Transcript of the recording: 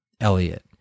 Elliot